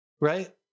right